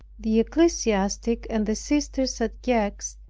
the ecclesiastic, and the sisters at gex,